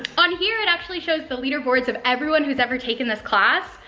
on here, it actually shows the leaderboards of everyone who's ever taken this class.